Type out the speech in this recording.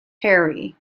hairy